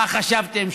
מה חשבתם,